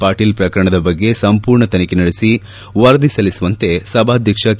ಪಾಟೀಲ್ ಪ್ರಕರಣದ ಬಗ್ಗೆ ಸಂಪೂರ್ಣ ತನಿಖೆ ನಡೆಸಿ ವರದಿ ಸಲ್ಲಿಸುವಂತೆ ಸಭಾಧ್ವಕ್ಷ ಕೆ